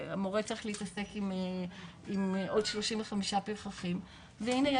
המורה צריך להתעסק עם עוד 35 פרחחים והנה,